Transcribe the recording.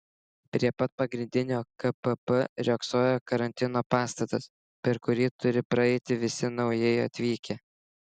prie pat pagrindinio kpp riogsojo karantino pastatas per kurį turi praeiti visi naujai atvykę